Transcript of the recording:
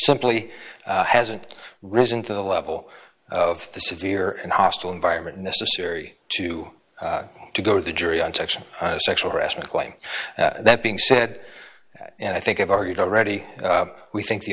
simply hasn't risen to the level of the severe and hostile environment necessary to to go to the jury on section on a sexual harassment claim that being said and i think i've argued already we think the